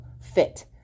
Fit